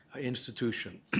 institution